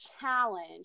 challenge